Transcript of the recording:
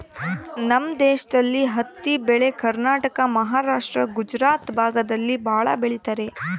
ನಮ್ ದೇಶದಲ್ಲಿ ಹತ್ತಿ ಬೆಳೆ ಕರ್ನಾಟಕ ಮಹಾರಾಷ್ಟ್ರ ಗುಜರಾತ್ ಭಾಗದಲ್ಲಿ ಭಾಳ ಬೆಳಿತರೆ